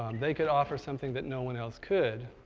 they could offer something that no one else could,